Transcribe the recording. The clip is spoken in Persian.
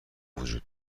وجود